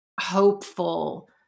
hopeful